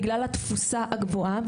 בגלל התפוסה הגבוהה,